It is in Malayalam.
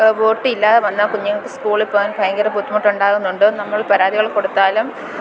ബോട്ടില്ലാതെ വന്നാൽ കുഞ്ഞുങ്ങൾക്ക് സ്കൂളിൽപ്പോകാൻ ഭയങ്കര ബുദ്ധിമുട്ടുണ്ടാകുന്നുണ്ട് നമ്മള് പരാതികള് കൊടുത്താലും